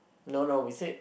no no we said